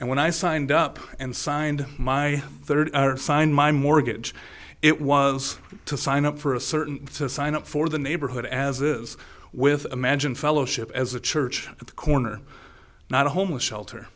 and when i signed up and signed my sign my mortgage it was to sign up for a certain to sign up for the neighborhood as it is with imagine fellowship as a church at the corner not a homeless shelter